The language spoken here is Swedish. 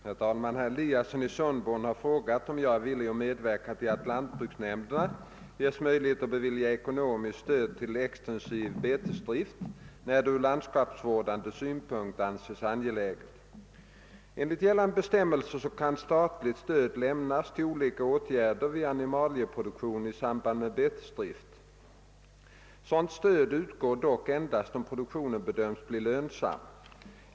Herr talman! Herr Eliasson i Sundborn har frågat om jag är villig medverka till att lantbruksnämnderna ges möjlighet att bevilja ekonomiskt stöd till extensiv betesdrift, när det ur landskapsvårdande synpunkt anses angeläget. Enligt gällande bestämmelser kan statligt stöd lämnas till olika åtgärder vid animalieproduktion i samband med betesdrift. Sådant stöd utgår dock endast om produktionen bedöms bli lönsam.